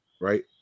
right